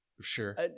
Sure